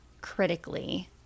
critically